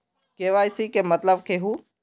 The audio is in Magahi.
के.वाई.सी के मतलब केहू?